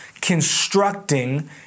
constructing